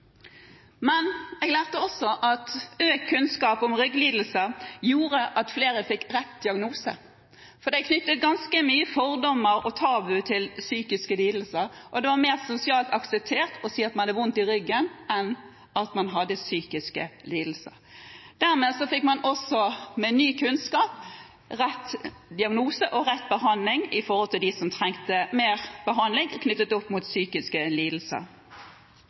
Økt kunnskap om rygglidelser gjorde at flere fikk rett diagnose. Det er knyttet ganske mye fordommer og tabu til psykiske lidelser, og det var mer sosialt akseptert å si at man hadde vondt i ryggen enn å si at man hadde psykiske lidelser. Dermed fikk man også, med ny kunnskap, rett diagnose og rett behandling overfor dem som trengte mer behandling knyttet opp mot psykiske lidelser.